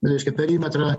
reiškia perimetrą